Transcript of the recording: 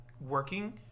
working